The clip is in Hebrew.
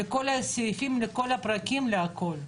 אני מבקשת לכל הסעיפים, לכל הפרקים, לכל החלקים.